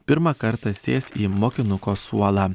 pirmą kartą sės į mokinuko suolą